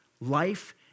life